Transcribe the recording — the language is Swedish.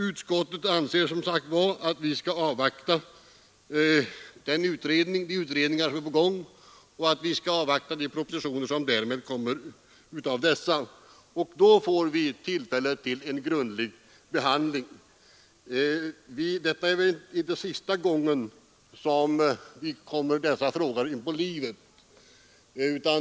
Utskottet anser som sagt att man bör avvakta de utredningar som är på gång och de propositioner som kommer av dessa. Då får vi tillfälle till en grundlig behandling. Detta är väl inte sista gången som vi kommer dessa frågor in på livet.